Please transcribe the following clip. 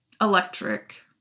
electric